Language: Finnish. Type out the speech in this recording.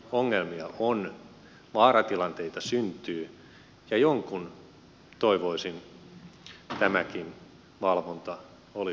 ongelmia on vaaratilanteita syntyy ja jonkun toivoisin tämäkin valvonta olisi suoritettava